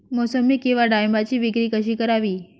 मोसंबी किंवा डाळिंबाची विक्री कशी करावी?